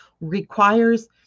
requires